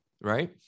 right